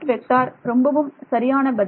T0 ரொம்பவும் சரியான பதில்